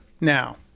now